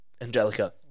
Angelica